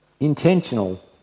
Intentional